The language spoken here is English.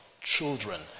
children